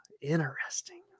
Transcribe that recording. interesting